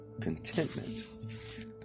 Contentment